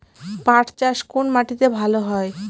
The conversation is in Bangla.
পাট চাষ কোন মাটিতে ভালো হয়?